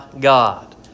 God